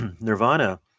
nirvana